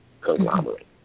conglomerate